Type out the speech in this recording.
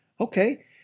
Okay